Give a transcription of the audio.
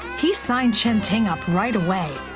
he signed chinching up right away,